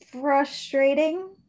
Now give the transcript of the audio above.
frustrating